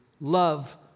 love